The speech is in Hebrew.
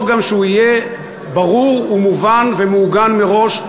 טוב גם שהוא יהיה ברור ומובן ומעוגן מראש,